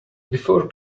before